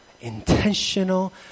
intentional